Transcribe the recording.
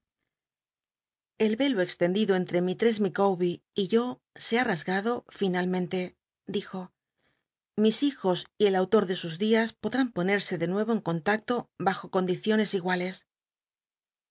el velo extendido entre mistress ilicawber y yo se ha rasgado finalmente dijo lis hijos y el autor de sus dias podr in ponersc de nuc o en contacto bajo condicion es iguales